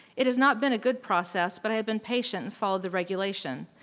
it has not been a good process, but i have been patient and followed the regulation.